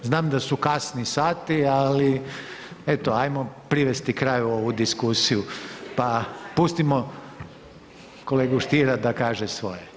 Znam da su kasni sati, ali eto ajmo privesti kraju ovu diskusiju pa pustimo kolegu Stiera da kaže svoje.